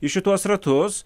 į šituos ratus